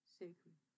sacred